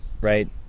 right